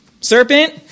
Serpent